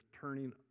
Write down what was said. turning